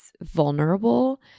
vulnerable